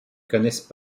connaissent